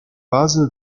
puzzle